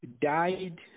died